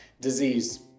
disease